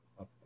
up